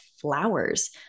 flowers